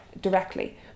directly